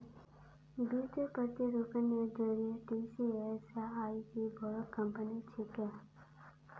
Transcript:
वित्तीय प्रतिरूपनेर जरिए टीसीएस आईज बोरो कंपनी छिके